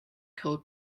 code